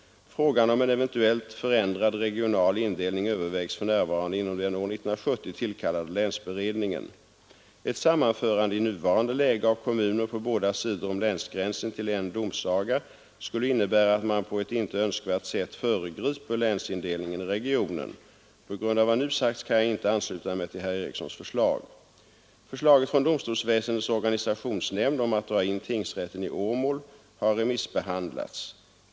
Frågan om en eventuellt förändrad regional indelning övervägs för närvarande inom den år 1970 tillkallade länsberedningen. Ett sammanförande i nuvarande läge av kommuner på båda sidor om länsgränsen till en domsaga skulle innebära att man på ett inte önskvärt sätt föregriper länsindelningen i regionen. På grund av vad nu sagts kan jag inte ansluta mig till herr Erikssons förslag Förslaget från domstolsväsendets organisationsnämnd om att dra in tingsrätten i Åmål har remissbehandlats.